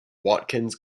watkins